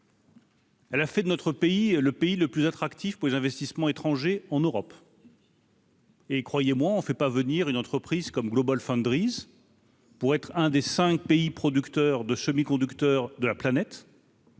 Elle a fait de notre pays, le pays le plus attractif pour les investissements étrangers en Europe. Et croyez-moi, on ne fait pas venir une entreprise comme GlobalFoundries pour être un des 5 pays, producteur de semi-conducteurs de la planète.